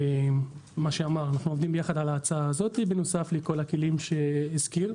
אנחנו עובדים יחד על ההצעה הזו בנוסף לכל הכלים שהזכיר.